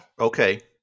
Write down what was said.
okay